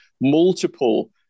multiple